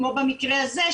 כמו במקרה הזה,